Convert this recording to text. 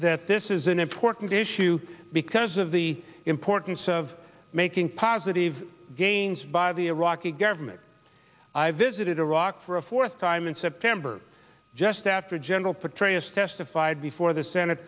that this is an important issue because of the importance of making positive gains by the iraqi government i visited iraq for a fourth time in september just after general petraeus testified before the senate